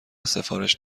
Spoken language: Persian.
سفارش